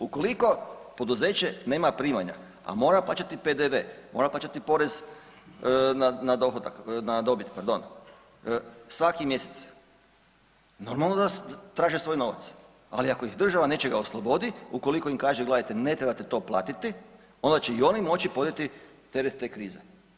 Ukoliko poduzeće nema primanja, a mora plaćati PDV, mora plaćati porez na dohodak, na dobit pardon svaki mjesec, normalno da traže svoj novac, ali ako ih država nečega oslobodi ukoliko im kaže gledajte ne trebate to platiti onda će i oni moći podnijeti teret te krize.